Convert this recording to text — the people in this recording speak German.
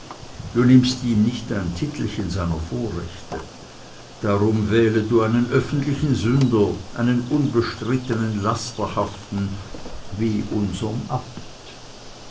du nimmst ihm nicht ein titelchen seiner vorrechte darum wähle du einen öffentlichen sünder einen unbestritten lasterhaften wie unsern